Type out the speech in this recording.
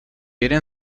jeden